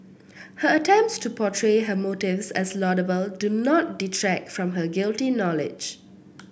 her attempts to portray her motives as laudable do not detract from her guilty knowledge